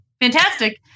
Fantastic